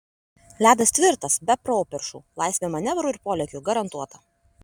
ledas tvirtas be properšų laisvė manevrui ir polėkiui garantuota